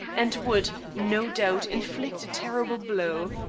and would, no doubt, inflict a terrible blow.